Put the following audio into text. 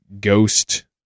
ghost